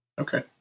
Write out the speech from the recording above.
Okay